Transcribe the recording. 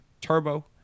Turbo